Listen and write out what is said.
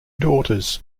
daughters